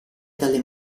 dalle